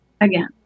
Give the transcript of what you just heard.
again